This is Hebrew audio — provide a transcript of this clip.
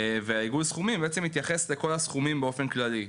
אז עיגול הסכומים בעצם התייחס לכל הסכומים באופן כללי,